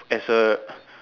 as a